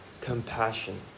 compassion